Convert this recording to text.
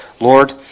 Lord